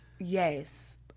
yes